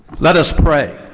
let us pray.